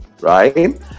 right